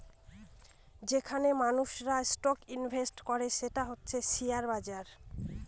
যেইখানে মানুষেরা stock invest করে সেটা হচ্ছে শেয়ার বাজার